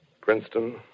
Princeton